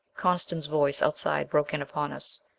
coniston's voice outside broke in upon us.